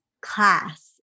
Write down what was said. class